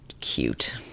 cute